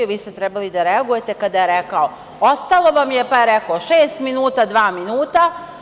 Vi ste trebali da reagujete kada je rekao, ostalo vam je, pa je rekao – šest minuta, dva minuta.